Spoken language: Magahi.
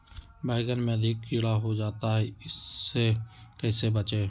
बैंगन में अधिक कीड़ा हो जाता हैं इससे कैसे बचे?